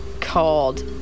called